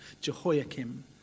Jehoiakim